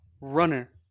runner